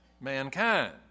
Mankind